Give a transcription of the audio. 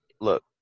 look